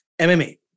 MMA